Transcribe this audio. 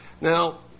Now